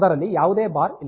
ಅದರಲ್ಲಿ ಯಾವುದೇ ಬಾರ್ ಇಲ್ಲ